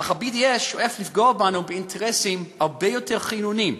אך ה-BDS שואף לפגוע בנו באינטרסים הרבה יותר חיוניים: